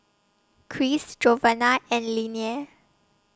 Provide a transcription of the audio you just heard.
Cris Giovanna and Nelia